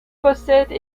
possède